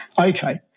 Okay